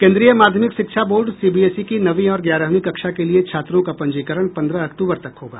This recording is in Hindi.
केन्द्रीय माध्यमिक शिक्षा बोर्ड सीबीएसई की नवीं और ग्यारहवीं कक्षा के लिए छात्रों का पंजीकरण पंद्रह अक्टूबर तक होगा